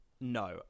No